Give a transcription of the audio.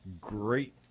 Great